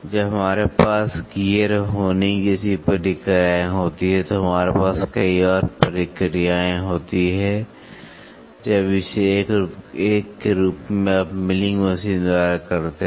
जब हमारे पास गियर होनिंग जैसी प्रक्रियाएं होती हैं तो हमारे पास कई और प्रक्रियाएं होती हैं जब इसे एक के रूप में आप मिलिंग मशीन द्वारा कर सकते हैं